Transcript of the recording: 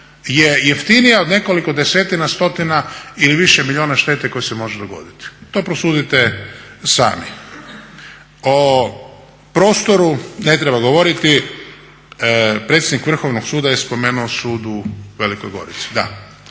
je jeftinija od nekoliko desetina stotina ili više milijuna štete koja se može dogoditi? To prosudite sami. O prostoru ne treba govoriti, predsjednik Vrhovnog suda je spomenuo Sud u Velikoj Gorici.